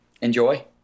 enjoy